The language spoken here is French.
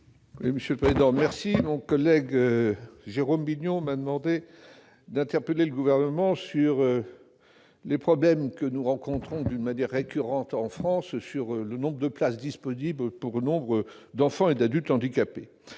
Monsieur le président, mon collègue Jérôme Bignon m'a demandé d'interpeller le Gouvernement sur les problèmes que nous rencontrons, d'une manière récurrente en France, en ce qui concerne le nombre de places disponibles pour l'accueil des enfants et adultes handicapés.